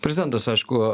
prezidentas aišku